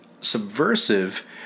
subversive